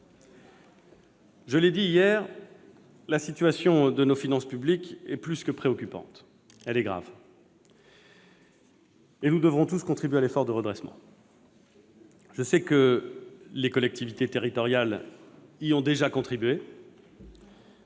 Je l'ai dit hier, la situation de nos finances publiques est plus que préoccupante, elle est grave. Nous devrons tous contribuer à l'effort de redressement. Je sais que les collectivités locales y ont déjà contribué,